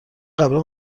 قبلا